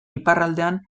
iparraldean